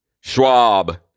Schwab